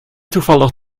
toevallig